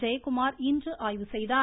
ஜெயக்குமார் இன்று ஆய்வு செய்தார்